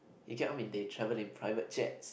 you know what I mean they travel in private jets